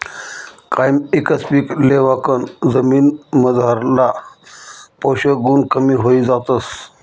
कायम एकच पीक लेवाकन जमीनमझारला पोषक गुण कमी व्हयी जातस